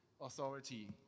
authority